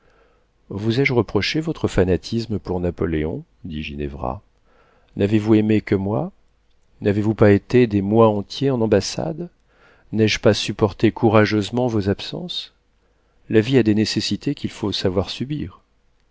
vous ai-je reproché votre fanatisme pour napoléon dit ginevra n'avez-vous aimé que moi n'avez-vous pas été des mois entiers en ambassade n'ai-je pas supporté courageusement vos absences la vie a des nécessités qu'il faut savoir subir